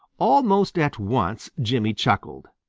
almost at once jimmy chuckled.